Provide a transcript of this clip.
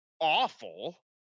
Awful